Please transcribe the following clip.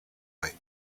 mind